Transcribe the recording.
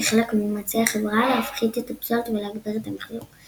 כחלק ממאמצי החברה להפחית את הפסולת ולהגביר את המיחזור.